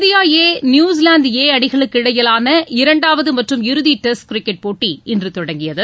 India A New Zealand A அணிகளுக்கு இடையிலான இரண்டாவது மற்றும் இறுதி டெஸ்ட் கிரிக்கெட் போட்டி இன்று தொடங்கியது